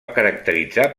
caracteritzar